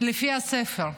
לפי הספר,